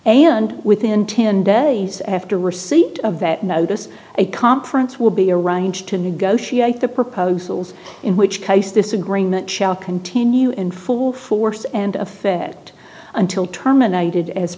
and within ten days after receipt of that notice a conference will be arranged to negotiate the proposals in which case this agreement shall continue in full force and effect until terminated as